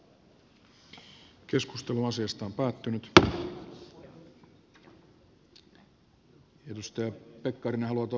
edustaja pekkarinen haluaa toivottaa ilmeisesti hyvää juhannusta